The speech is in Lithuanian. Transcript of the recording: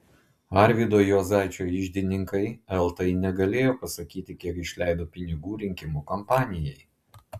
arvydo juozaičio iždininkai eltai negalėjo pasakyti kiek išleido pinigų rinkimų kampanijai